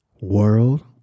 world